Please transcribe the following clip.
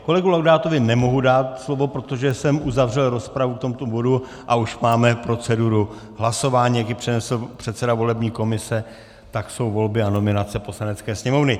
Kolegovi Laudátovi nemohu dát slovo, protože jsem uzavřel rozpravu k tomuto bodu a už máme proceduru hlasování, jak ji přednesl předseda volební komise, teď jsou volby a nominace Poslanecké sněmovny.